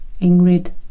Ingrid